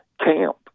camp